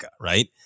right